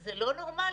זה לא נורמלי.